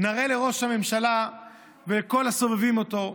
נראה לראש הממשלה ולכל הסובבים אותו,